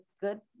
good